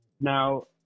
Now